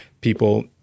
people